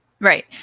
Right